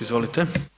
Izvolite.